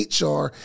HR